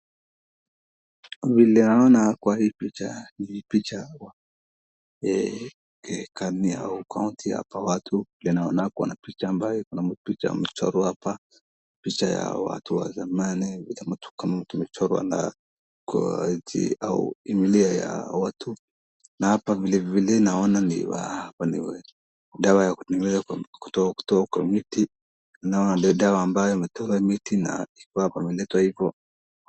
Vile naona kwa hii picha ni picha ya kaniaro kaunti hapa watu naona kuna picha ambayo iko na mapicha imechorwa hapa, picha ya watu wa zamani kama mtu amechorwa na himilia ya watu, na hapa vile naona ni hapa ni dawa ya kutengenezwa kutoka kwa miti, naona dawa ambayo imetoka kwa miti na imeletwa hivo.